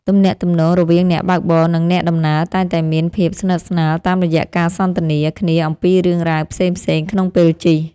ទំនាក់ទំនងរវាងអ្នកបើកបរនិងអ្នកដំណើរតែងតែមានភាពស្និទ្ធស្នាលតាមរយៈការសន្ទនាគ្នាអំពីរឿងរ៉ាវផ្សេងៗក្នុងពេលជិះ។